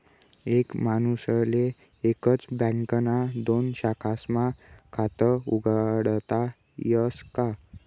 एक माणूसले एकच बँकना दोन शाखास्मा खातं उघाडता यस का?